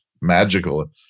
magical